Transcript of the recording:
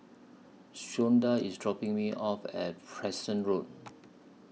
Shonda IS dropping Me off At Preston Road